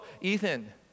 Ethan